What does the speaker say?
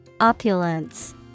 Opulence